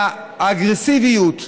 והאגרסיביות והקיצוניות,